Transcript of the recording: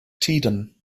tiden